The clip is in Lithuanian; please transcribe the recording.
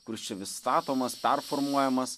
kuris čia vis statomas performuojamas